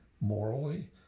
morally